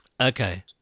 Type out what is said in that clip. Okay